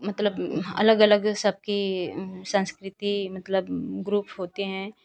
मतलब अलग अलग सबकी सांस्कृति मतलब ग्रुप होते हैं